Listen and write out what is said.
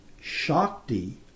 Shakti